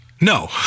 No